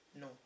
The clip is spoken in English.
No